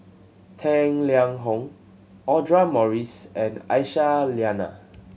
Tang Liang Hong Audra Morrice and Aisyah Lyana